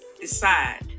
decide